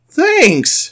thanks